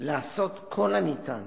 לעשות כל הניתן